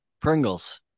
Pringles